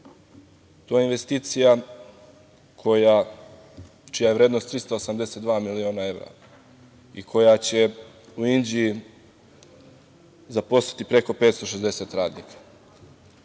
je investicija čija je vrednost 382 miliona evra i koja će u Inđiji zaposliti preko 560 radnika